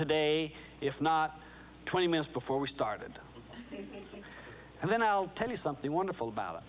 today if not twenty minutes before we started and then i'll tell you something wonderful about